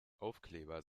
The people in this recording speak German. aufkleber